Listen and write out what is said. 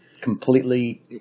completely